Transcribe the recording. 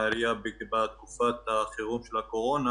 העירייה בתקופת החירום של הקורונה,